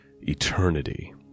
eternity